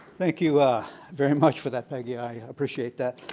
thank you very much for that, peggy. i appreciate that.